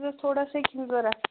اَسہِ ٲسۍ تھوڑا سیٚکِہ ہٕنٛز ضروٗرت